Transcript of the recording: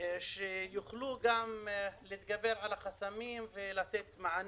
כדי שיוכלו להתגבר על החסמים ולתת מענה,